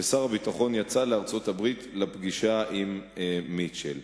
ושר הביטחון יצא לארצות-הברית לפגישה עם מיטשל.